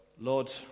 Lord